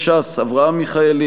ש"ס: אברהם מיכאלי.